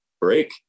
break